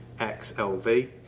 xlv